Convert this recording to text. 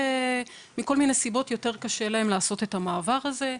שמכל מיני סיבות קשה להם יותר לעשות את המעבר הזה.